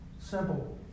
Simple